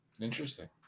Interesting